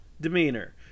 demeanor